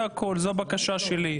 זו הבקשה שלי.